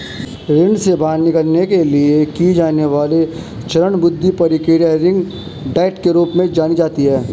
ऋण से बाहर निकलने के लिए की जाने वाली चरणबद्ध प्रक्रिया रिंग डाइट के रूप में जानी जाती है